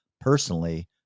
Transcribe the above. personally